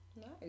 Nice